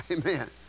Amen